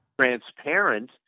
Transparent